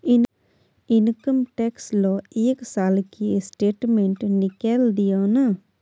Income tax ल एक साल के स्टेटमेंट निकैल दियो न?